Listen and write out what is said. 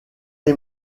les